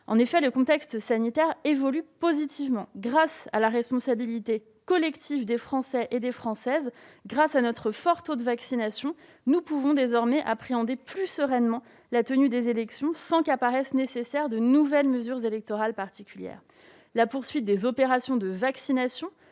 En effet, le contexte sanitaire évolue positivement. Grâce à la responsabilité collective des Français, grâce à notre fort taux de vaccination, nous pouvons désormais appréhender sereinement la tenue des élections sans que paraissent nécessaires des mesures électorales particulières. La poursuite des opérations de vaccination